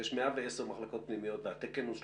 שיש 110 מחלקות פנימיות והתקן הוא 38,